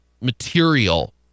material